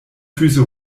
füße